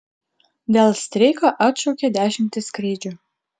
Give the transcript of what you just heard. dėl streiko atšaukia dešimtis skrydžių